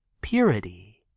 purity